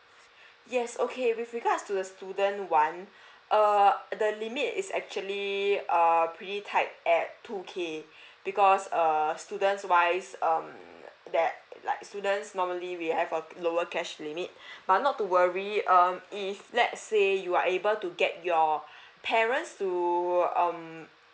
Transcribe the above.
yes okay with regards to the student one err the limit is actually err pretty tight at two K because err students wise um that like students normally we have a bit lower catch limit but not to worry um if let say you are able to get your parents to um